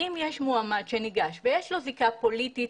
אם יש מועמד שניגש ויש לו זיקה פוליטית,